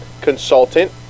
consultant